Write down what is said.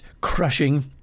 crushing